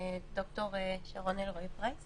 ד"ר שרון אלרעי כאן?